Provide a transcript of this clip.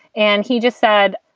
and he just said,